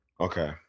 Okay